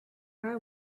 eye